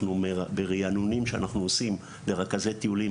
אנחנו בריענונים שאנחנו עושים לרכזי טיולים.